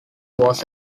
was